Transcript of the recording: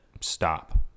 stop